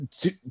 two